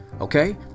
okay